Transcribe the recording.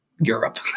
Europe